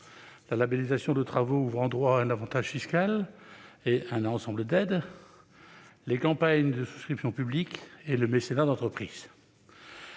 la labellisation de travaux ouvrant droit à un avantage fiscal et à un ensemble d'aides ; les campagnes de souscription publique et le mécénat d'entreprise.